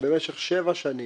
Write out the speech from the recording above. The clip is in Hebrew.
במשך שבע שנים.